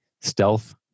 stealth